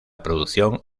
producción